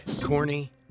Corny